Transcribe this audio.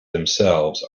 themselves